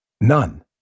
None